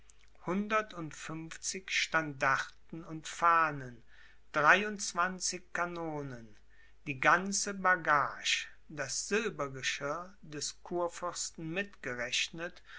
hundertundfünfzig standarten und fahnen dreiundzwanzig kanonen die ganze bagage das silbergeschirr des kurfürsten mitgerechnet